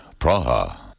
Praha